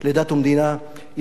יפנה לערכאות יותר גבוהות.